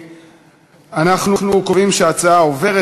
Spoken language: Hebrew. אנחנו קובעים שההצעה עוברת.